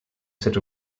set